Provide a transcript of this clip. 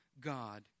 God